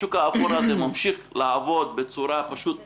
השוק האפור הזה ממשיך לעבוד בצורה פשוט מזעזעת,